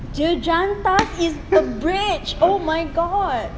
jejantas is a bridge oh my god